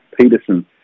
Peterson